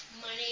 money